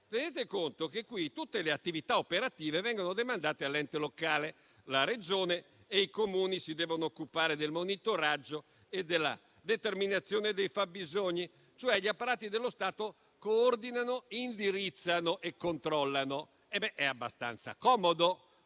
Tenete conto che qui tutte le attività operative vengono demandate all'ente locale; la Regione e i Comuni si devono occupare del monitoraggio e della determinazione dei fabbisogni, e cioè gli apparati dello Stato coordinano, indirizzano e controllano. È abbastanza comodo